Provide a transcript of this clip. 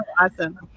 awesome